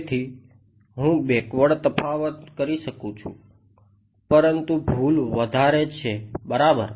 તેથી હું બેકવર્ડ તફાવત કરી શકું છું પરંતુ ભૂલ વધારે છે બરાબર